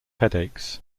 headaches